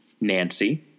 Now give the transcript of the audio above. Nancy